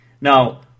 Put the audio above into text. Now